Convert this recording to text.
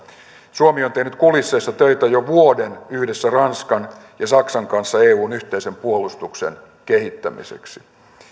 suomi on tehnyt kulisseissa töitä jo vuoden yhdessä ranskan ja saksan kanssa eun yhteisen puolustuksen kehittämiseksi